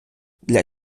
для